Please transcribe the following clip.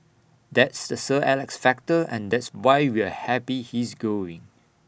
that's the sir Alex factor and that's why we're happy he's going